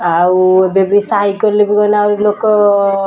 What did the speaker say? ଆଉ ଏବେ ବି ସାଇକଲ୍ରେ ଆହୁରି ଲୋକ